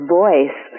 voice